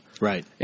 Right